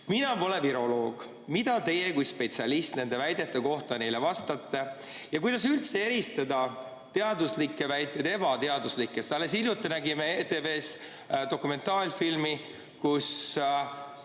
Mina pole viroloog. Mida teie kui spetsialist nende väidete kohta ütlete? Ja kuidas üldse eristada teaduslikke väiteid ebateaduslikest? Alles hiljuti nägime ETV-s dokumentaalfilmi, kus